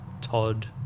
Todd